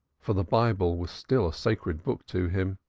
for the bible was still a sacred book to him.